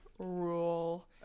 rule